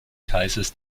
kaisers